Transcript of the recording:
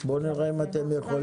אנחנו נעשה סדר.